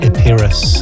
Epirus